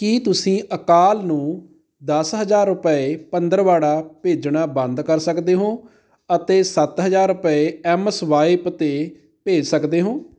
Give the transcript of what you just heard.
ਕੀ ਤੁਸੀਂ ਅਕਾਲ ਨੂੰ ਦਸ ਹਜ਼ਾਰ ਰੁਪਏ ਪੰਦਰਵਾੜਾ ਭੇਜਣਾ ਬੰਦ ਕਰ ਸਕਦੇ ਹੋ ਅਤੇ ਸੱਤ ਹਜ਼ਾਰ ਰੁਪਏ ਐੱਮ ਸਵਾਇਪ 'ਤੇ ਭੇਜ ਸਕਦੇ ਹੋ